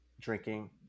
drinking